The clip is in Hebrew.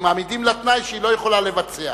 מעמידים לה תנאי שהיא לא יכולה לבצע.